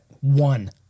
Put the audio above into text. One